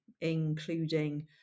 including